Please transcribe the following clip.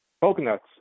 Coconuts